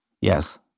yes